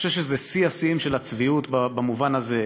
אני חושב שזה שיא השיאים של הצביעות במובן הזה.